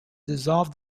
dissolve